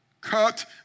Cut